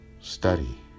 Study